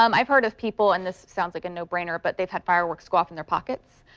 um i've heard of people in this sounds like a no-brainer but they've had fireworks go off in their pockets.